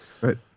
Right